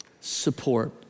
Support